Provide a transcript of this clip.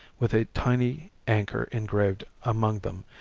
with a tiny anchor engraved among them,